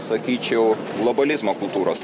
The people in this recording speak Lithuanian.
sakyčiau globalizmo kultūros